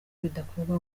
bidakorwa